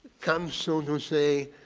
comes, so to say,